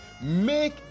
make